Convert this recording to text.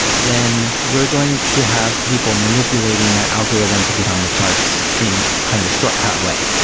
then we're going to have people manipulating that algorithm to get on the charts in kind of a shortcut way.